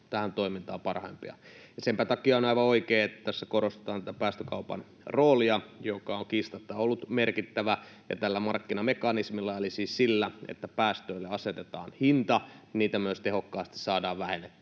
tähän toimintaan parhaimpia. Senpä takia on aivan oikein, että tässä korostetaan tätä päästökaupan roolia, joka on kiistatta ollut merkittävä. Tällä markkinamekanismilla, eli sillä, että päästöille asetetaan hinta, niitä myös tehokkaasti saadaan vähennettyä.